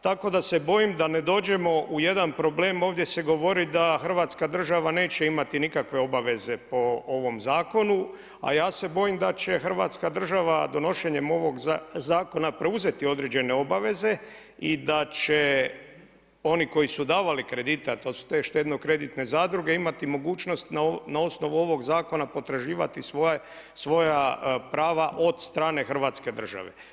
Tako da se bojim da ne dođemo u jedan problem, ovdje se govori da Hrvatska država neće imati nikakve obaveze po ovom zakonu a ja se bojim da će Hrvatska država donošenjem ovog zakona preuzeti određene obaveze i da će oni koji su davali kredite a to su te štedno-kreditne zadruge imati mogućnost na osnovu ovog zakona potraživati svoja prava od strane Hrvatske države.